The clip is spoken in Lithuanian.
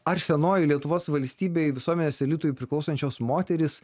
ar senoji lietuvos valstybei visuomenės elitui priklausančios moterys